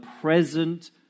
present